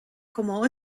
como